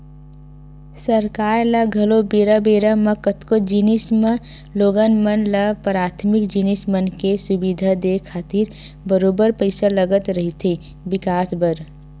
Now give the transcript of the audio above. सरकार ल घलो बेरा बेरा म कतको जिनिस म लोगन मन ल पराथमिक जिनिस मन के सुबिधा देय खातिर बरोबर पइसा लगत रहिथे बिकास बर